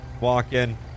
walking